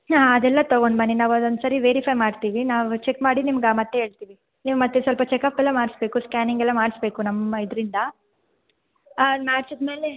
ಹಾಂ ಅದೆಲ್ಲ ತಗೊಂಡು ಬನ್ನಿ ನಾವು ಅದೊಂದು ಸಾರಿ ವೇರಿಫೈ ಮಾಡ್ತೀವಿ ನಾವು ಚೆಕ್ ಮಾಡಿ ನಿಮ್ಗೆ ಮತ್ತೆ ಹೇಳ್ತಿವಿ ನೀವು ಮತ್ತೆ ಸ್ವಲ್ಪ ಚೆಕಪ್ಪೆಲ್ಲ ಮಾಡಿಸ್ಬೇಕು ಸ್ಕ್ಯಾನಿಂಗ್ ಎಲ್ಲ ಮಾಡಿಸ್ಬೇಕು ನಮ್ಮ ಇದರಿಂದ ಅದು ಮಾಡ್ಸಿದ ಮೇಲೆ